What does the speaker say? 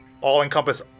all-encompass